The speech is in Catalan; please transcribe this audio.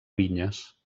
vinyes